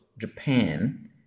Japan